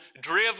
driven